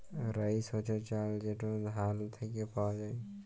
rice হছে চাল যেট ধাল থ্যাইকে পাউয়া যায়